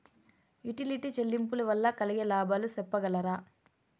Utility చెల్లింపులు వల్ల కలిగే లాభాలు సెప్పగలరా?